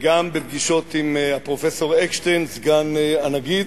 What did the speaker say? וגם בפגישות עם פרופסור אקשטיין, סגן הנגיד,